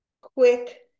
quick